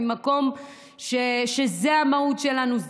ממקום שזאת המהות שלנו,